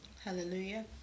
Hallelujah